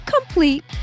complete